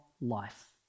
life